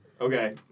Okay